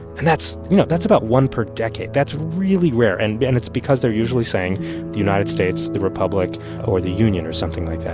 and that's you know, that's about one per decade. that's really rare. and and it's because they're usually saying the united states, the republic or the union or something like that